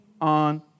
on